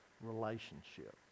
relationship